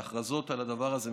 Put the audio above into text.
בהכרזות על הדבר הזה,